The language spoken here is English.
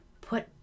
put